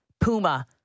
puma